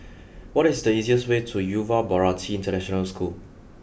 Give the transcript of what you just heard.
what is the easiest way to Yuva Bharati International School